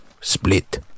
split